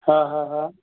हा हा हा